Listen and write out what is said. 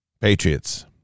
Patriots